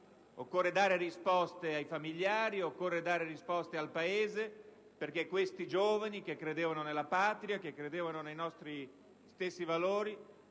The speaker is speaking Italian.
occorre dare risposte ai familiari e al Paese, perché questi giovani che credevano nella Patria, che credevano nei nostri stessi valori,